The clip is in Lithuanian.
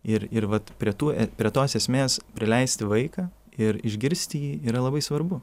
ir ir vat prie tų et prie tos esmės prileisti vaiką ir išgirsti jį yra labai svarbu